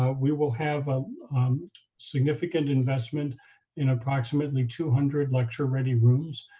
ah we will have ah significant investment in approximately two hundred lecture-ready rooms